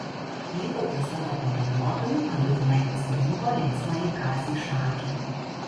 vytautas savo pavaduotoju galutinai pasirinko linksmąjį kazį šakį